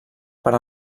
per